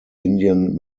indian